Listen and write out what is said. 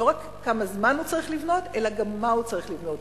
לא רק כמה זמן הוא צריך לבנות אלא גם מה הוא צריך לבנות.